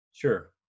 Sure